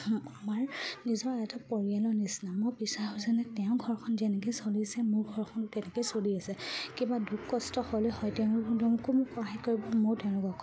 আমাৰ নিজৰ এটা পৰিয়ালৰ নিচিনা মোৰ বিচাৰোঁ যে তেওঁৰ ঘৰখন যেনেকৈ চলিছে মোৰ ঘৰখনো তেনেকৈ চলি আছে কিবা দুখ কষ্ট হ'লে হয় তেওঁকো মোক সহায় কৰিব মোৰ তেওঁলোকক